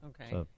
Okay